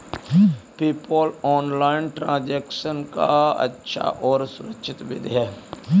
PayPal online transaction का अच्छा और सुरक्षित विधि है